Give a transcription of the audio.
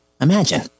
Imagine